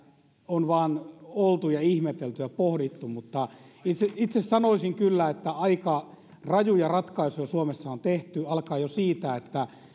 on vain oltu ja ihmetelty ja pohdittu mutta itse sanoisin kyllä että aika rajuja ratkaisuja suomessa on tehty alkaen jo siitä että